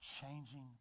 changing